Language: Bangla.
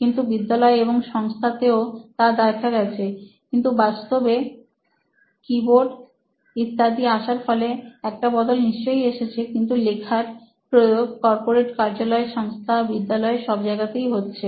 কিছু বিদ্যালয় এবং সংস্থাতেও তা দেখা গেছে কিন্তু বাস্তবে কীবোর্ড ইত্যাদি আসার ফলে একটা বদল নিশ্চয়ই এসেছে কিন্তু লেখা প্রয়োগ কর্পোরেট কার্যালয় সংস্থা বিদ্যালয় সব জায়গাতেই হচ্ছে